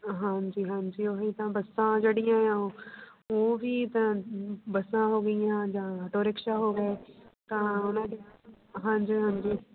ਹਾਂਜੀ ਹਾਂਜੀ ਉਹੀ ਤਾਂ ਬੱਸਾਂ ਜਿਹੜੀਆਂ ਆ ਉਹ ਉਹ ਵੀ ਤਾਂ ਬੱਸਾਂ ਹੋ ਗਈਆਂ ਜਾਂ ਆਟੋ ਰਿਕਸ਼ਾ ਹੋ ਗਏ ਤਾਂ ਉਹਨਾਂ ਦੀਆਂ ਹਾਂਜੀ ਹਾਂਜੀ